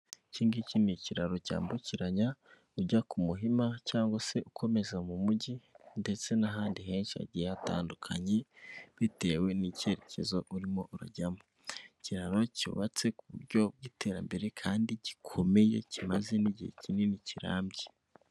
Iki ngiki ni ikiraro cyambukiranya ujya ku Muhima cyangwa se ukomeza mu mujyi ndetse n'ahandi henshi hagiye hatandukanye, bitewe n'icyerekezo urimo urajyamo, ikiraro cyubatse ku buryo bw'iterambere kandi gikomeye kimazemo igihe kinini kirambye.